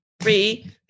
three